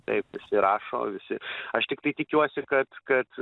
taip ir rašo visi aš tiktai tikiuosi kad kad